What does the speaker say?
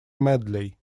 medley